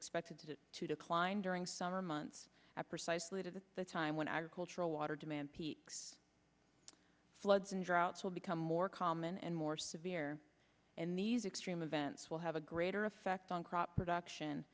expected to decline during summer months at precisely to the time when our cultural water demand peaks floods and droughts will become more common and more severe and these extreme events will have a greater effect on crop production